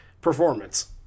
performance